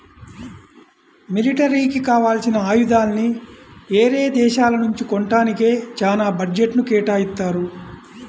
మిలిటరీకి కావాల్సిన ఆయుధాలని యేరే దేశాల నుంచి కొంటానికే చానా బడ్జెట్ను కేటాయిత్తారు